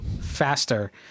faster